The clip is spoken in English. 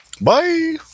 bye